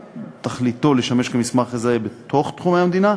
שתכליתו לשמש כמסמך מזהה בתוך תחומי המדינה,